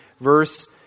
verse